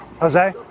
Jose